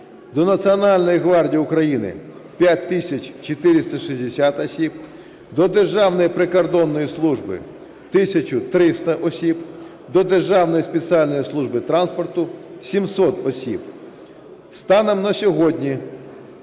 до Національної гвардії України – 5 тисяч 460 осіб, до Державної прикордонної служби – 1300 осіб, до Державної спеціальної служби транспорту – 700 осіб. Станом на сьогодні